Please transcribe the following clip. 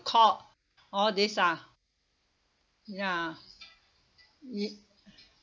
court all this ah ya it